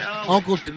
Uncle